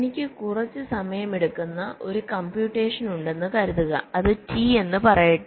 എനിക്ക് കുറച്ച് സമയമെടുക്കുന്ന ഒരു കംപ്യുറ്റേഷൻ ഉണ്ടെന്ന് കരുതുക അത് ടി എന്ന് പറയട്ടെ